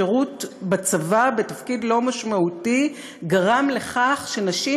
שירות בצבא בתפקיד לא משמעותי גרם לכך שנשים